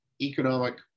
economic